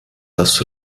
das